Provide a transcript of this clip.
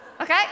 Okay